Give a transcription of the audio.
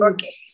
Okay